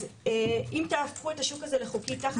אז אם תהפכו את השוק הזה לחוקי תחת התוויה